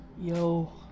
Yo